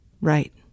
right